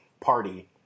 party